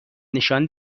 نشان